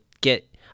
get